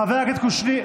חבר הכנסת קושניר.